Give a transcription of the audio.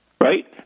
Right